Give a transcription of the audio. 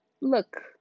Look